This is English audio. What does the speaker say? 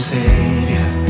Savior